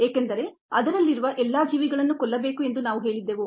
ಏಕೆಂದರೆ ಅದರಲ್ಲಿರುವ ಎಲ್ಲಾ ಜೀವಿಗಳನ್ನು ಕೊಲ್ಲಬೇಕು ಎಂದು ನಾವು ಹೇಳಿದ್ದೇವು